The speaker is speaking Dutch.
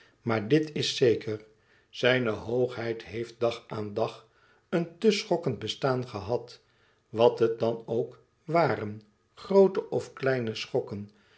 maar dit is zeker zijne hoogheid heeft dag aan dag een te schokkend bestaan gehad wat het dan ook waren groote of kleine schokken